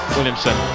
Williamson